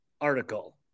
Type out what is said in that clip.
article